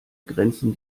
grenzen